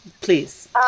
please